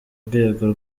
rwego